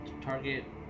Target